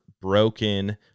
broken